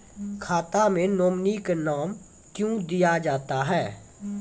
खाता मे नोमिनी का नाम क्यो दिया जाता हैं?